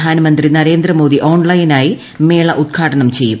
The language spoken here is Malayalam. പ്രധാന മന്ത്രി നരേന്ദ്രമോദി ഓൺലൈനായി മേള ഉദ്ഘാടനം ചെയ്യും